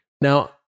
Now